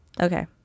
Okay